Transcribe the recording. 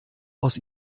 aus